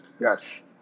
Yes